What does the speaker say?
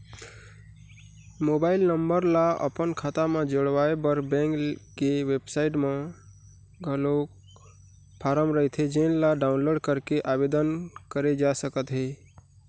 mobile number ल अपन खाता म जोड़वाए बर बेंक के बेबसाइट म घलोक फारम रहिथे जेन ल डाउनलोड करके आबेदन करे जा सकत हे